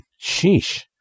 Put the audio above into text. Sheesh